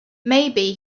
maybe